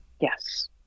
Yes